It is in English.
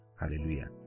Hallelujah